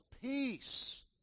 peace